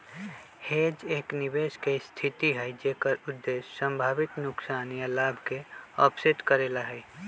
hedge एक निवेश के स्थिति हई जेकर उद्देश्य संभावित नुकसान या लाभ के ऑफसेट करे ला हई